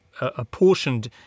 apportioned